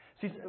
See